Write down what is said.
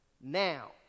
Now